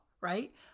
right